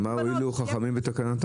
בסדר אבל מה הועילו חכמים בתקנתם?